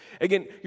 Again